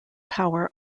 power